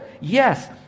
Yes